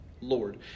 Lord